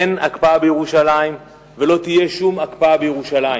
אין הקפאה בירושלים ולא תהיה שום הקפאה בירושלים.